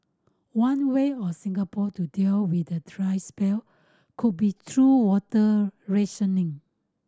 one way of Singapore to deal with the dry spell could be through water rationing